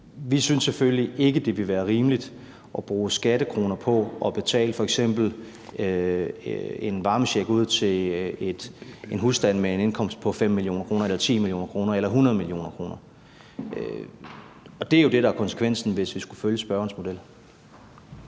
vi synes selvfølgelig ikke, det vil være rimeligt at bruge skattekroner på at betale for f.eks. en varmecheck til en husstand med en indkomst på 5 mio. kr., 10 mio. kr. eller 100 mio. kr. Og det er jo det, der ville være konsekvensen, hvis vi skulle følge spørgerens model.